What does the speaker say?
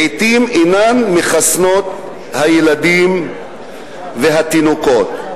לעתים אינן מחסנות את הילדים והתינוקות.